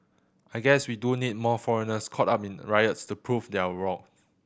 I guess we do need more foreigners caught up in riots to prove their worth